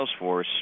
salesforce